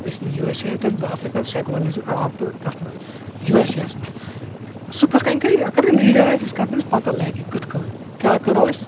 أسۍ U S A دپہِ بہٕ ہسا کرٕ سٮ۪کولرزم اٮ۪ڈاپٹ کتھ منٛز یوٗ اٮ۪س اے یس منٛز سُہ کِتھ کٔنۍ کرِ اگر نہٕ میٖڈیا آسہِ یٖتس کالس نہٕ تٔمِس پتہ لگہِ کٔتھ کٲنۍ کیٛاہ کرو أسۍ